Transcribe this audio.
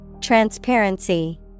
Transparency